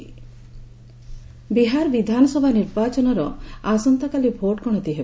vote ଗଣତି ବିହାର ବିଧାନସଭା ନିର୍ବାଚନର ଆସନ୍ତାକାଲି ଭୋଟଗଣତି ହେବ